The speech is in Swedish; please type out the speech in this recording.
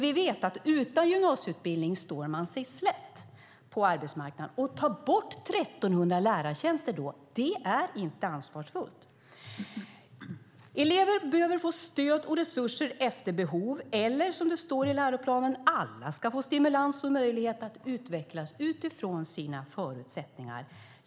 Vi vet att utan gymnasieutbildning står man sig slätt på arbetsmarknaden. Att då ta bort 1 300 lärartjänster är inte ansvarsfullt. Elever behöver få stöd och resurser efter behov. Som det står i läroplanen: Alla ska få stimulans och möjlighet att utvecklas utifrån sina förutsättningar.